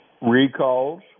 recalls